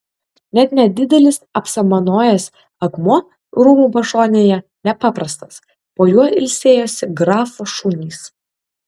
net nedidelis apsamanojęs akmuo rūmų pašonėje nepaprastas po juo ilsėjosi grafo šunys